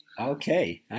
Okay